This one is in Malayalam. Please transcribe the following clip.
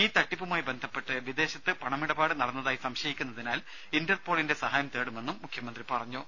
ഈ തട്ടിപ്പുമായി ബന്ധപ്പെട്ട് വിദേശത്ത് പണമിടപാട് നടന്നതായി സംശയിക്കുന്നതിനാൽ ഇന്റർപോളിന്റെ സഹായം തേടുമെന്നും മുഖ്യമന്ത്രി പറഞ്ഞു